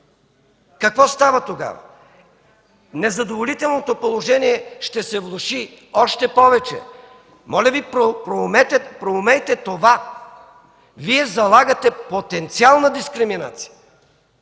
какво става тогава? Незадоволителното положение ще се влоши още повече. Моля Ви, проумейте това. Вие залагате потенциална дискриминация,